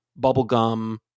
bubblegum